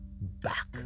back